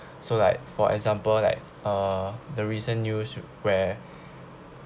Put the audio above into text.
so like for example like uh the recent news where